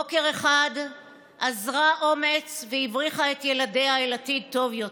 בוקר אחד אזרה אומץ והבריחה את ילדיה אל עתיד טוב יותר.